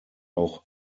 auch